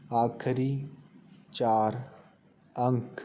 ਆਖਰੀ ਚਾਰ ਅੰਕ